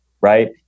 right